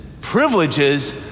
privileges